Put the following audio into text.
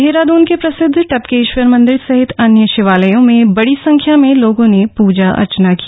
देहरादून के प्रसिद्ध टपकेश्वर मंदिर सहित अन्य शिवालयों में बड़ी संख्या में लोगों ने पूजा अर्चना की